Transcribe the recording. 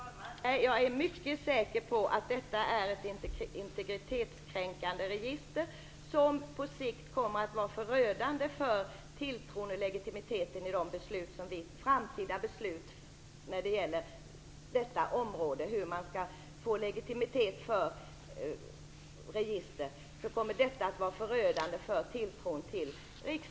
Fru talman! Jag är mycket säker på att detta är ett integritetskränkande register, som på sikt kommer att vara förödande för tilltron till och legitimiteten för riksdagens framtida beslut på detta område. När det gällde Stockholm talade jag om 1990.